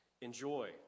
enjoy